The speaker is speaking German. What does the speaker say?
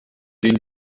den